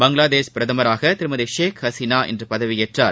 பங்களாதேஷ் பிரதமராக திருமதி ஷேக் ஹசீனா இன்று பதவியேற்றார்